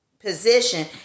Position